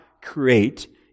create